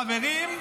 חברים,